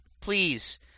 please